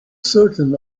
certain